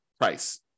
price